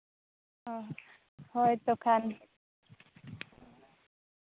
ᱚ ᱦᱳᱭ ᱛᱚ ᱠᱷᱟᱱ